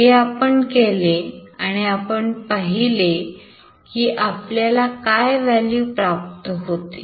हे आपण केले आणि आपण पाहिले की आपल्याला काय value प्राप्त होते